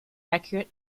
accurate